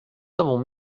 avons